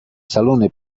salone